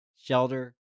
shelter